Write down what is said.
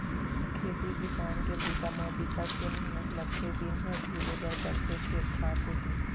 खेती किसान के बूता म बिकट के मेहनत लगथे दिन भर झुले बर परथे खेत खार कोती